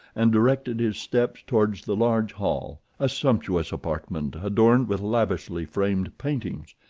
and directed his steps towards the large hall, a sumptuous apartment adorned with lavishly-framed paintings.